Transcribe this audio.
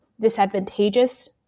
disadvantageous